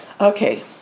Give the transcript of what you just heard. Okay